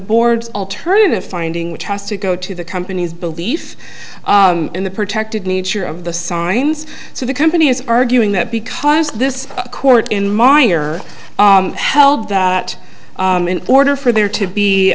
board's alternative finding which has to go to the company's belief in the protected nature of the signs so the company is arguing that because this court in minor held that in order for there to be